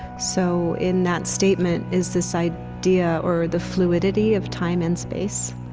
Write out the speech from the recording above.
so in that statement is this idea, or the fluidity of time and space.